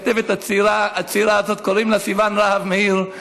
הכתבת הצעירה הזאת קוראים לה סיוון רהב-מאיר.